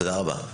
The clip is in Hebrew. תודה רבה.